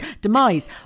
demise